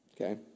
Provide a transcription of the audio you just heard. Okay